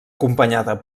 acompanyada